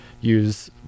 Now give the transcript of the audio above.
use